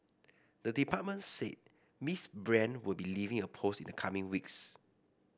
the department said Miss Brand will be leaving her post in the coming weeks